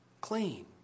clean